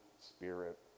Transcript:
Spirit